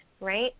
right